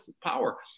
power